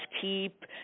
keep